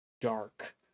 dark